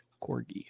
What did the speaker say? Corgi